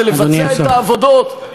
זה לבצע את העבודות,